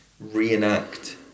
reenact